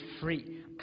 free